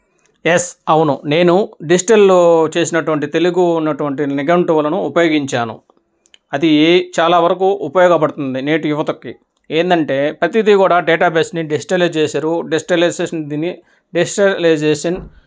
yes అవును నేను డిజిటల్లో చేసినటువంటి తెలుగు ఉన్నటువంటి నిఘంటువులను ఉపయోగించాను అది ఏ చాలా వరకు ఉపయోగపడుతుంది నేటి యువతకు ఏంటంటే ప్రతిదీ కూడా డేటాబేస్ని డిస్టలైజ్ చేశారు డిజిటలైషెషన్ దీన్ని డిజిటలైజేషన్